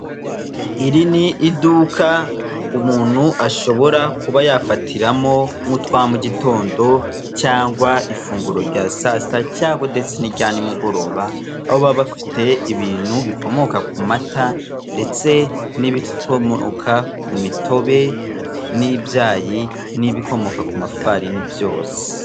Iri ni iduka umuntu ashobora kuba yafatiramo nk'utwa mu gitondo cyangwa ifunguro rya saa sita cyangwabo ndetse n'irya nimugoroba baba bafite ibintu bikomoka ku mata ndetse n'ibikomoka ku mitobe n'ibyayi, n'ibikomoka ku mafarini byose.